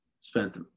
Spent